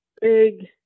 big